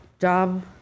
job